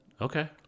Okay